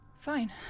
Fine